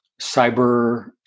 cyber